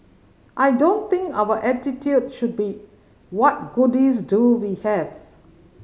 I don't think our attitude should be what goodies do we have